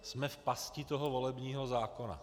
Jsme v pasti toho volebního zákona.